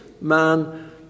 man